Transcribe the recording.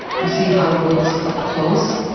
you see how it looks up close.